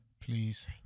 please